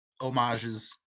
homages